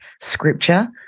scripture